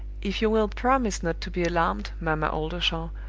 if you will promise not to be alarmed, mamma oldershaw,